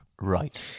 Right